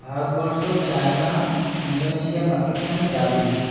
Bharatvarsha China Indonesia Pakistan Brazil